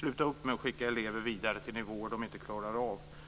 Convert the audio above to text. Det gäller att sluta skicka elever vidare till nivåer som de inte klarar av.